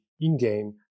in-game